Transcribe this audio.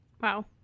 Wow